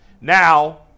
Now